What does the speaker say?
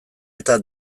eta